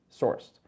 sourced